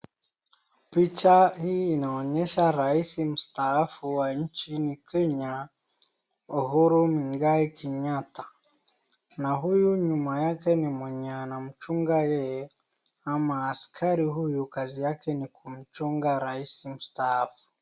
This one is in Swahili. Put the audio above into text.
Picha hii inaonyesha rahisi mstaafu wa nchini Kenya Uhuru Muigai Kenyatta na huyu nyuma yake ni mwenye anamchunga yeye ama askari huyu kazi yake ni kumchunga rahisi mstaafu.